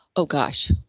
oh, gosh.